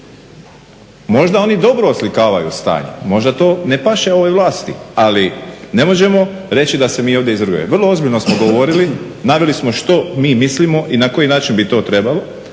Možda oni dobro oslikavaju stanje, možda to ne paše ovoj vlasti ali ne možemo reći da se mi ovdje izrugujemo. Vrlo ozbiljno smo govorili, naveli smo što mi mislimo i na koji način bi to trebalo,